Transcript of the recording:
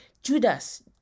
Judas